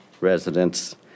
residents